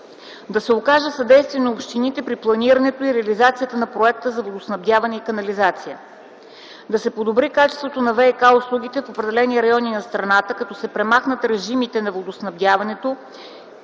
да се окаже съдействие на общините при планирането и реализацията на проекти за водоснабдяване и канализация; да се подобри качеството на ВиК услугите в определени райони на страната, като се премахнат режимите на водоснабдяването